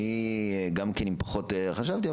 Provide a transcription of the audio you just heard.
אני גם כן אם פחות חשבתי,